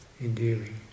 endearing